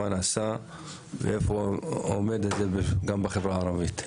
מה נעשה ואיפה זה עומד גם בחברה הערבית.